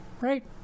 right